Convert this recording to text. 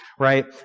right